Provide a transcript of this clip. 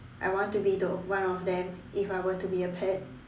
I want to be the one of them if I were to be a pet